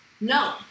No